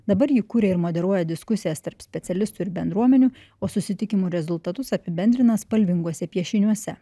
dabar ji įkūrė ir moderuoja diskusijas tarp specialistų ir bendruomenių o susitikimų rezultatus apibendrina spalvinguose piešiniuose